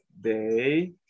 day